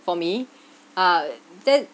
for me uh they